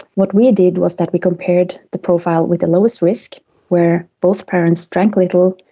what we did was that we compared the profile with the lowest risk where both parents drank little,